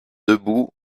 debout